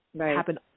happen